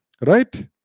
right